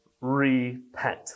repent